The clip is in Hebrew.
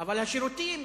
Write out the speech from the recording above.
אבל השירותים,